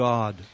God